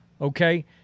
okay